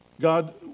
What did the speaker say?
God